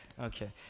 Okay